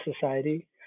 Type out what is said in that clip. society